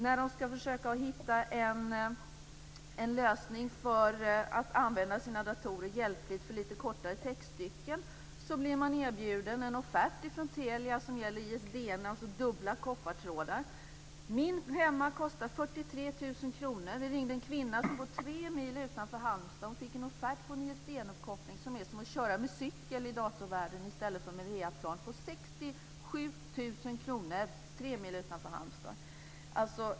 När de ska försöka hitta en lösning för att kunna använda sina datorer hjälpligt för lite kortare textstycken får de en offert från Telia som gäller Min uppkoppling hemma kostar 43 000 kr. Jag har blivit uppringd av en kvinna som bor 3 mil utanför Halmstad och som fått en offert på 67 000 kr för en ISDN-uppkoppling, som i datorvärlden kan jämföras med att köra med cykel i stället för med reaplan.